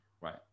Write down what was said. right